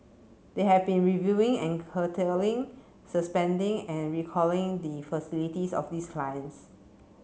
they have been reviewing an curtailing suspending and recalling the facilities of these clients